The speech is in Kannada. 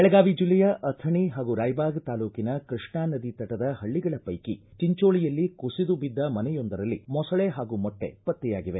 ಬೆಳಗಾವಿ ಜಿಲ್ಲೆಯ ಅಥಣಿ ಹಾಗೂ ರಾಯಬಾಗ್ ತಾಲೂಕಿನ ಕೃಷ್ಣಾ ನದಿ ತಟದ ಹಳ್ಳಗಳ ಪೈಕಿ ಚಂಚೋಳಿಯಲ್ಲಿ ಕುಸಿದುಬಿದ್ದ ಮನೆಯೊಂದರಲ್ಲಿ ಮೊಸಳೆ ಹಾಗೂ ಮೊಟ್ಟೆ ಪತ್ತೆಯಾಗಿವೆ